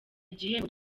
igihembo